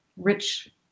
rich